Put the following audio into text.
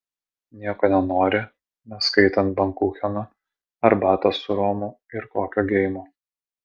nieko nenori neskaitant bankucheno arbatos su romu ir kokio geimo